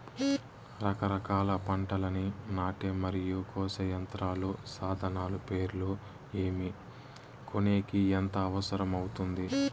రకరకాల పంటలని నాటే మరియు కోసే యంత్రాలు, సాధనాలు పేర్లు ఏమి, కొనేకి ఎంత అవసరం అవుతుంది?